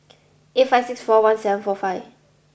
eight five six four one seven four five